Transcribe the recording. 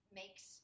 makes